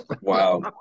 Wow